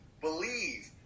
believe